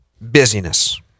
Busyness